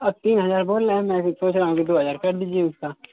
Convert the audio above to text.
आप तीन हज़ार बोल रहे है मैं सोच रहा हूँ की दो हज़ार कर दीजिए उसका